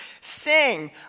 Sing